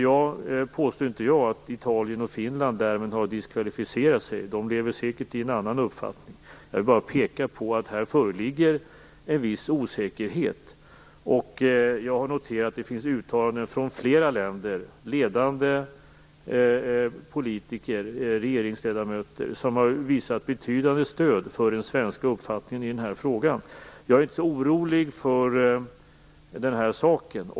Jag påstår inte att Italien och Finland därmed har diskvalificerat sig - de lever säkert i en annan uppfattning. Jag vill bara peka på att här föreligger en viss osäkerhet, och jag har noterat att ledande politiker, regeringsledamöter, i flera länder har uttalat ett betydande stöd för den svenska uppfattningen i den här frågan. Jag är inte så orolig för den här saken.